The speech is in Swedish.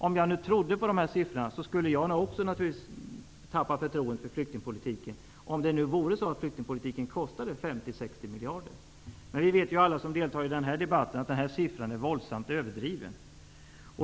Om jag trodde på de här siffrorna eller om det vore så att flyktingpolitiken kostade 50--60 miljarder skulle naturligtvis jag också tappa förtroendet för flyktingpolitiken. Men alla vi som deltar i den här debatten vet ju att den siffran är våldsamt överdriven.